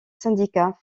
syndicat